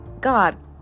god